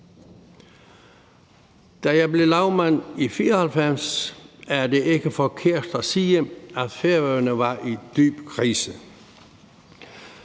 Da jeg blev lagmand i 1994, er det ikke forkert at sige, at Færøerne var i dyb krise.